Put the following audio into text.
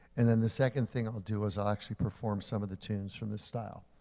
and then the second thing i'll do is i'll actually perform some of the tunes from the style.